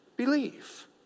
Believe